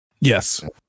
Yes